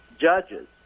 judges